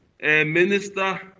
Minister